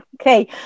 Okay